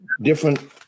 different